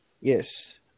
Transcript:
yes